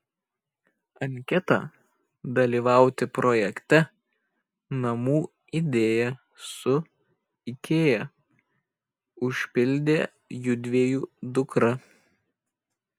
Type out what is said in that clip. anketą dalyvauti projekte namų idėja su ikea užpildė judviejų dukra